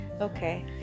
Okay